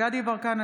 דסטה גדי יברקן,